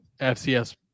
FCS